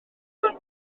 fan